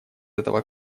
этого